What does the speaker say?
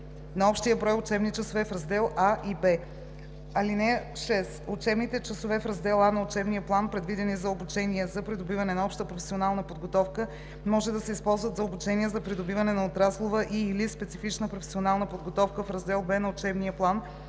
на общия брой учебни часове в раздел А и Б. (6) Учебни часове в раздел А на учебния план, предвидени за обучение за придобиване на обща професионална подготовка, може да се използват за обучение за придобиване на отраслова и/или специфична професионална подготовка в раздел Б на учебния план,